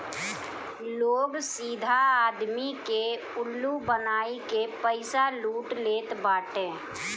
लोग सीधा आदमी के उल्लू बनाई के पईसा लूट लेत बाटे